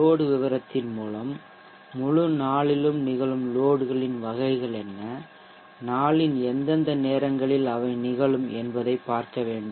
load விவரத்தின் மூலம் முழு நாளிலும் நிகழும் லோட்களின் வகைகள் என்ன நாளின் எந்த நேரங்களில் அவை நிகழும் என்பதையும் பார்க்க வேண்டும்